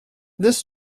this